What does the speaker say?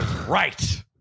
Right